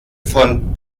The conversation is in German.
von